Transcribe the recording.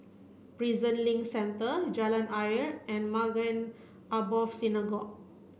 Prison Link Centre Jalan Ayer and Maghain Aboth Synagogue